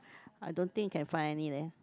I don't think can find any leh